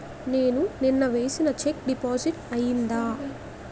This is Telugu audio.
నేను నిన్న వేసిన చెక్ డిపాజిట్ అయిందా?